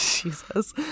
Jesus